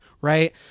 right